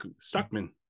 Stockman